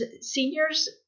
seniors